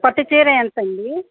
పట్టు చీర ఎంతండీ